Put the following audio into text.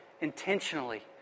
intentionally